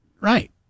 right